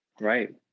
Right